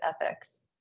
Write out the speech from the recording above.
ethics